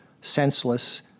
senseless